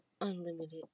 unlimited